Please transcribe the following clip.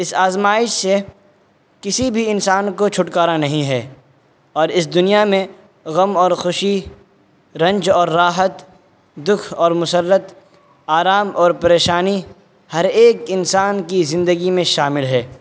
اس آزمائش سے کسی بھی انسان کو چھٹکارا نہیں ہے اور اس دنیا میں غم اور خوشی رنج اور راحت دکھ اور مسرت آرام اور پریشانی ہر ایک انسان کی زندگی میں شامل ہے